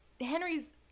henry's